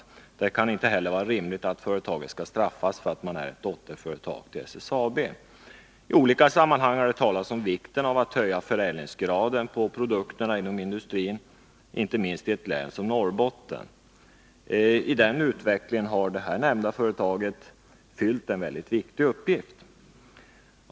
Det kan inte heller vara rimligt att företaget skall straffas för att det är ett dotterföretag till SSAB. I olika sammanhang har det talats om vikten av att höja förädlingsgraden på produkter inom industrin, inte minst i ett län som Norrbotten. I denna utveckling har detta företag fyllt en stor uppgift.